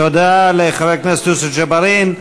תודה לחבר הכנסת יוסף ג'בארין.